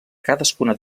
cadascuna